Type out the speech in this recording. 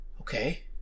okay